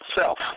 self